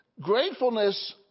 Gratefulness